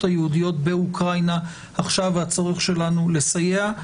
היהודיות באוקראינה עכשיו והצורך שלנו לסייע.